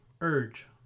urge